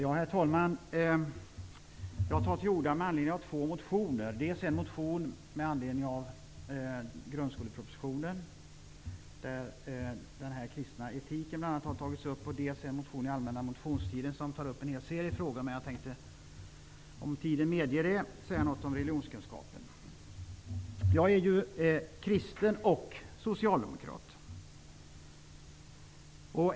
Herr talman! Jag tar till orda med anledning av två motioner, dels en motion som har väckts med anledning av grundskolepropositionen där frågan om kristen etik har tagits upp, dels en motion som väcktes under den allmänna motionstiden som tar upp en hel rad frågor. Om tiden medger det tänker jag även säga något om religionskunskapen. Jag är kristen och socialdemokrat.